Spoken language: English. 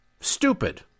stupid